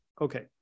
Okay